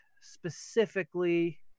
specifically